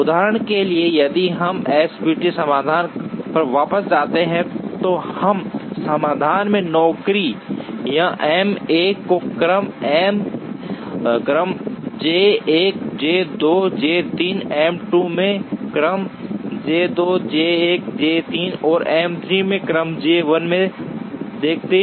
उदाहरण के लिए यदि हम SPT समाधान पर वापस जाते हैं तो इस समाधान में नौकरियां M 1 को क्रम J 1 J 2 J 3 M 2 में क्रम J 2 J 1 J 3 और M 3 के क्रम J 1 में देखती हैं